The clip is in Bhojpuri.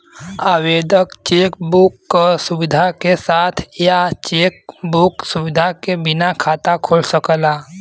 आवेदक चेक बुक क सुविधा के साथ या चेक बुक सुविधा के बिना खाता खोल सकला